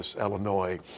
Illinois